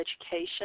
education